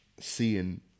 seeing